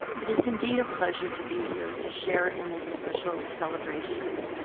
it is indeed a pleasure to be here to share in this special celebration.